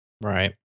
Right